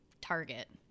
Target